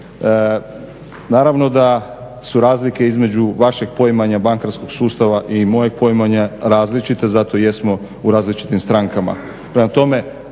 Naravno da su razlike između vašeg poimanja bankarskog sustava i mojeg poimanja različite, zato i jesmo u različitim strankama.